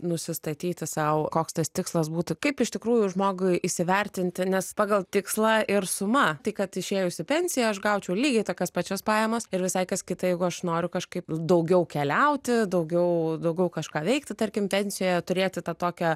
nusistatyti sau koks tas tikslas būtų kaip iš tikrųjų žmogui įsivertinti nes pagal tikslą ir suma tai kad išėjus į pensiją aš gaučiau lygiai tokias pačias pajamas ir visai kas kita jeigu aš noriu kažkaip daugiau keliauti daugiau daugiau kažką veikti tarkim pensijoje turėti tą tokią